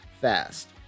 fast